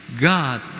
God